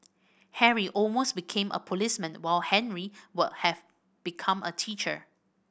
harry almost became a policeman while Henry would have become a teacher